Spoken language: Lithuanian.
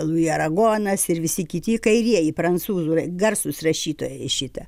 lui aragonas ir visi kiti kairieji prancūzų garsūs rašytojai šita